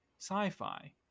Sci-fi